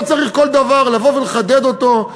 לא צריך כל דבר לבוא ולחדד אותו,